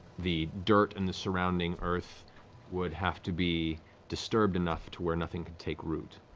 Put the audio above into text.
the dirt and the surrounding earth would have to be disturbed enough to where nothing could take root.